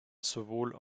sowohl